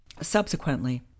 subsequently